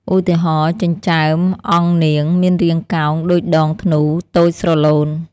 ឧទាហរណ៍ ចិញ្ចើមអង្គនាង មានរាងកោងដូចដងធ្នូ តូចស្រឡូន។